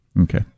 Okay